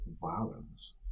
violence